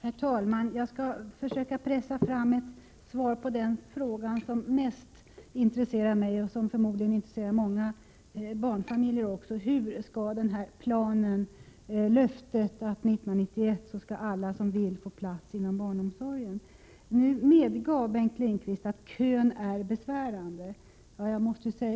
Herr talman! Jag skall försöka pressa fram ett svar på den fråga som mest intresserar mig, och förmodligen också många barnfamiljer: Hur skall löftet om en plats inom barnomsorgen 1991 till alla som så önskar kunna infrias? Bengt Lindqvist medgav nyss att kön är besvärande.